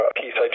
piece